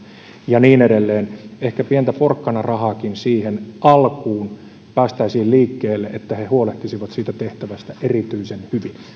ja niin edelleen ehkä pientä porkkanarahaakin voisi olla siihen alkuun niin päästäisiin liikkeelle ja he huolehtisivat siitä tehtävästä erityisen hyvin